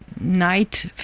night